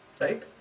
right